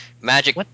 magic